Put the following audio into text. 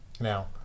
now